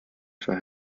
for